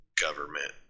government